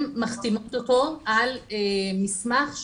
הן מחתימות אותו על מסמך.